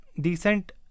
decent